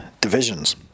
divisions